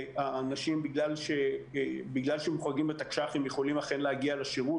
ואנשים בגלל שהיו מוחרגים בתק"שים יכולים אכן להגיע לשירות